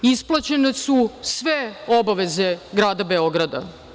Isplaćene su sve obaveze Grada Beograda.